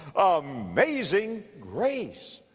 amazing grace,